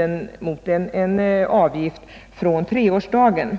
med mot en avgift, från 3 års ålder.